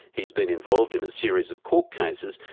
he's been involved in a series of court cases,